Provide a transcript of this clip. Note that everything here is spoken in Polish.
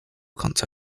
końca